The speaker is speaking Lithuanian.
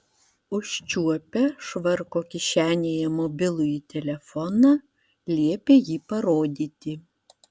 užčiuopę švarko kišenėje mobilųjį telefoną liepė jį parodyti